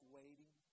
waiting